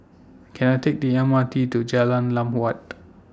Can I Take The M R T to Jalan Lam Huat